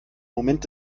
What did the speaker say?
moment